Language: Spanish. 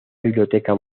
biblioteca